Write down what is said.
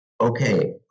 okay